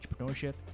entrepreneurship